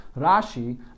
Rashi